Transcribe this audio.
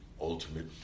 ultimate